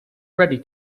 ready